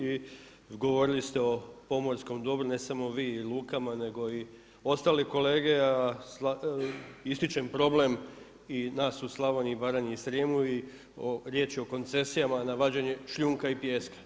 I govorili ste o pomorskom dobru, ne samo vi i lukama nego i ostali kolege, a ističem problem i nas u Slavoniji i Baranji i Srijemu, riječ je o koncesijama na vađenje šljunka i pijeska.